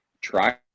try